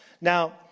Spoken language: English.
Now